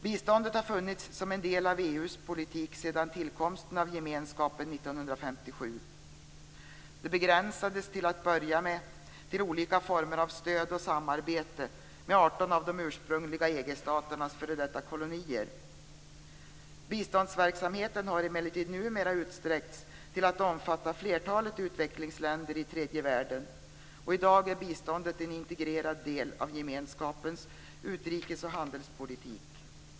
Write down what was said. Biståndet har funnits som en del i EU:s politik sedan tillkomsten av gemenskapen 1957. Det begränsades till att börja med till olika former av stöd och samarbete med 18 av de ursprungliga EG-staternas f.d. kolonier. Biståndsverksamheten har emellertid numera utsträckts till att omfatta flertalet utvecklingsländer i tredje världen. I dag är biståndet en integrerad del av gemenskapens utrikes och handelspolitik.